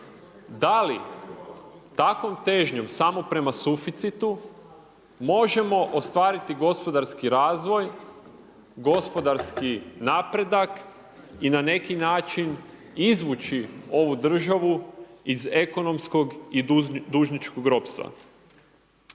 da li takvom težnjom samo prema suficitu možemo ostvariti gospodarski razvoj, gospodarski napredak i na neki način izvući ovu državu iz ekonomskog i dužničkog ropstva.